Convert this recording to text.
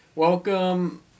Welcome